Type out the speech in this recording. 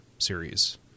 series